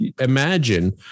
imagine